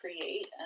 create